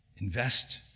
Invest